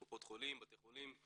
קופות חולים ובתי חולים,